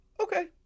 Okay